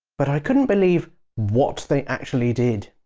but i couldn't believe what they actually did